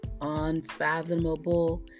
unfathomable